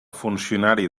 funcionari